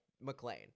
McLean